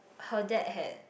her dad had